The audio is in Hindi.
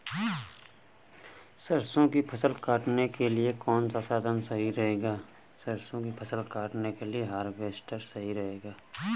सरसो की फसल काटने के लिए कौन सा साधन सही रहेगा?